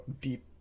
deep